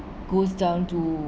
goes down to